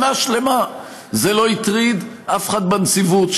שנה שלמה זה לא הטריד אף אחד בנציבות,